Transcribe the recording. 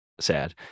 sad